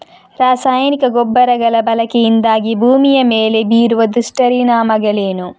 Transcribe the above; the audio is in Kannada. ರಾಸಾಯನಿಕ ಗೊಬ್ಬರಗಳ ಬಳಕೆಯಿಂದಾಗಿ ಭೂಮಿಯ ಮೇಲೆ ಬೀರುವ ದುಷ್ಪರಿಣಾಮಗಳೇನು?